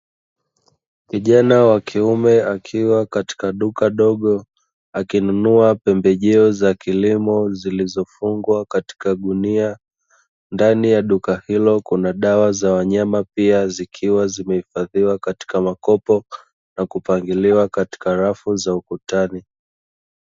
Kijana wakiume akiwa katika duka dogo akinunua pembejeo za kilimo ndani ya duka hilo kuna dawa za wanyama pia, zikiwa zimehifadhiwa katika makopo na kupangiliwa katika rafu za ukutani.